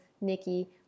Nikki